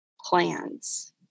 plans